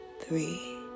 three